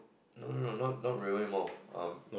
no no no not not railway-mall um